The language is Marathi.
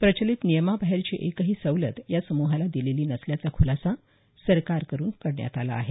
प्रचलित नियमाबाहेरची एकही सवलत या समूहाला दिलेली नसल्याचा ख्रलासा सरकारकडून करण्यात आला आहे